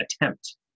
attempt